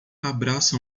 abraça